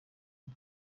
ubu